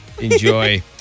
Enjoy